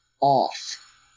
off